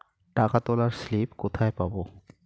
টাকা তোলার স্লিপ কোথায় পাব?